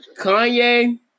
Kanye